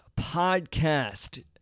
Podcast